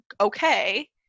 okay